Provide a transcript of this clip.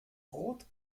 rot